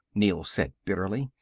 neel said bitterly.